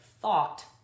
thought